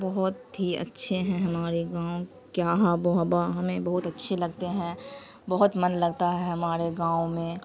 بہت ہی اچھے ہیں ہمارے گاؤں کیا آب و ہوا ہمیں بہت اچھے لگتے ہیں بہت من لگتا ہے ہمارے گاؤں میں